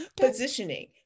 positioning